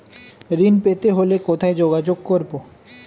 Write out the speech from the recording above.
ঋণ পেতে হলে কোথায় যোগাযোগ করব?